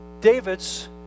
David's